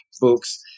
books